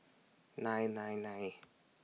nine nine nine